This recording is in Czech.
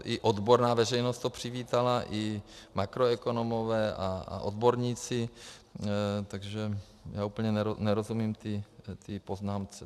I odborná veřejnost to přivítala i makroekonomové a odborníci, takže já úplně nerozumím té poznámce.